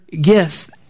gifts